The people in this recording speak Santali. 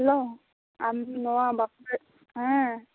ᱦᱮᱞᱳ ᱟᱢ ᱱᱚᱶᱟ ᱵᱟᱠᱩ ᱦᱮᱸ